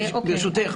ברשותך.